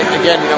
again